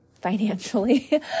financially